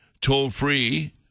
Toll-free